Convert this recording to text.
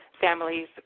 families